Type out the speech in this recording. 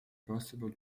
possible